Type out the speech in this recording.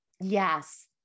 Yes